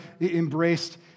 embraced